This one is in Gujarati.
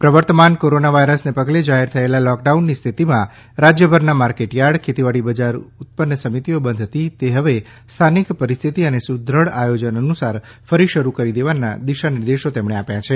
પ્રવર્તમાન કોરોના વાયરસને પગલે જાહેર થયેલા લૉકડાઉનની સ્થિતીમાં રાજ્યભરના માર્કેટયાર્ડ ખેતીવાડી બજા ઉત્પન્ન સમિતિઓ બંધ હતી તે હવે સ્થાનિક પરિસ્થિતી અને સુદ્રઢ આયોજન અનુસાર ફરી શરૂ કરી દેવાના દિશાનિર્દેશો તેમણે આપ્યા છે